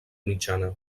mitjana